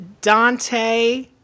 Dante